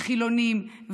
חילונים,